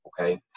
okay